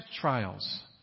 trials